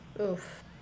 Oof